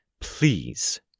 Please